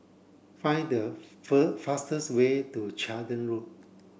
find the fastest way to Charlton Road